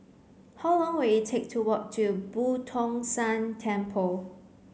how long will it take to walk to Boo Tong San Temple